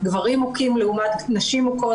גברים מוכים לעומת נשים מוכות.